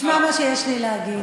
תשמע מה שיש לי להגיד.